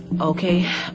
Okay